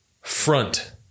front